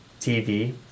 TV